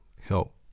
help